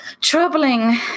troubling